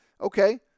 Okay